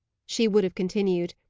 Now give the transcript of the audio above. she would have continued,